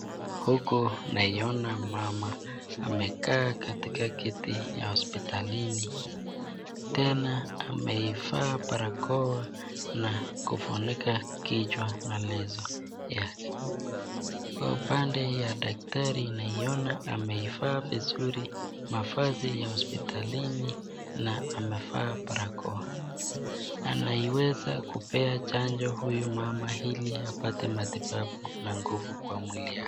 Huyu naiyona mama amekaa katika kiti ya huspitalini tena amevaa barakoa na kufunika kichwa na leso yake, kwa upande ya daktari naoyona evaa vizuri mafasi ya hospitalini na amevaa barakoa, anaweza kupea chanjo huyu mama hili apate matibabu na ngovu kwa mwili yake.